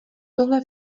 tohle